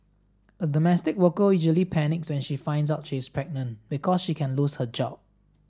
a domestic worker usually panics when she finds out she is pregnant because she can lose her job